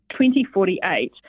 2048